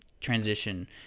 transition